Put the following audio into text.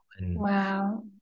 wow